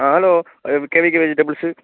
ആ hello K V K vegetables